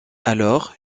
alors